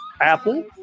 Apple